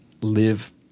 live